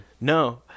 No